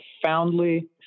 profoundly